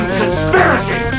conspiracy